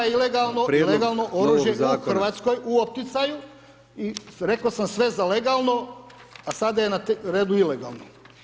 Tema je ilegalno i legalno oružje u Hrvatskoj u opticaju i rekao sam sve za legalno, a sada je na redu ilegalno.